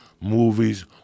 movies